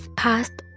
past